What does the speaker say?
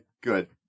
good